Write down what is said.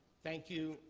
thank you.